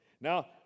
Now